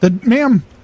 Ma'am